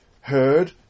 heard